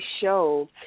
show